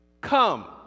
Come